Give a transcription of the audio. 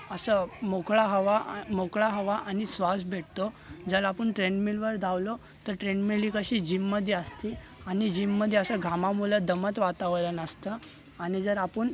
असं मोकळं हवा आ मोकळं हवा आणि श्वास भेटतो जर आपण ट्रेंडमिलवर धावलो तर ट्रेडमिल ही कशी जीममध्ये असते आणि जीममध्ये असं घामामुळे दमट वातावरण असतं आणि जर आपण